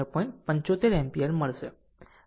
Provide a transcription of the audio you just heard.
75 ampere મળશે